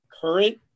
current